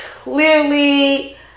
clearly